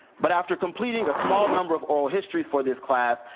but after completing a small number of oral histories for this class,